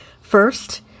First